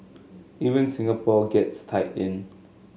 even Singapore gets tied in